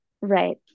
Right